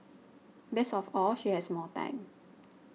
best of all she has more time